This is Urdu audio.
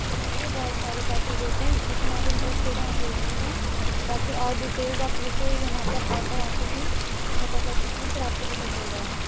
اس کے بہت سارے پیکج ہوتے ہیں جس میں آپ انٹرسٹیڈ ہیں آپ لے سکتے ہیں باقی اور ڈیٹیلس آپ جیسے یہاں پر آ کر آفس میں پتا کر سکتے ہیں پھر آپ کو پتا چل جائے گا